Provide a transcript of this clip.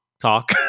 talk